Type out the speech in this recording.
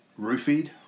Roofied